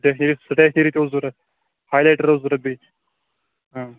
stationery stationery تہِ اوس ضروٗرت ہاے لایٹر اوس ضروٗرت بیٚیہِ